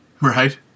Right